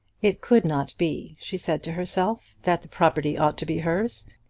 it could not be, she said to herself, that the property ought to be hers.